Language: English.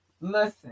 Listen